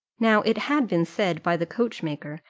now it had been said by the coachmaker,